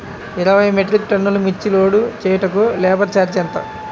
ఇరవై మెట్రిక్ టన్నులు మిర్చి లోడ్ చేయుటకు లేబర్ ఛార్జ్ ఎంత?